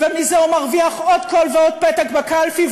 ומזה הוא מרוויח עוד קול ועוד פתק בקלפי,